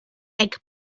egg